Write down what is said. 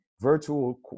virtual